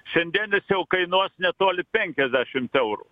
šiandien jis jau kainuos netoli penkiasdešimt eurų